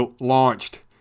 launched